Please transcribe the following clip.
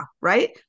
right